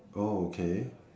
oh okay